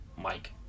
Mike